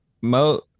mo